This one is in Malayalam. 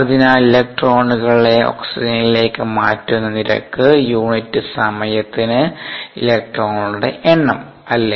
അതിനാൽ ഇലക്ട്രോണുകളെ ഓക്സിജനിലേയ്ക്ക് മാറ്റുന്ന നിരക്ക് യൂണിറ്റ് സമയത്തിന് ഇലക്ട്രോണുകളുടെ എണ്ണം അല്ലേ